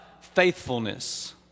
faithfulness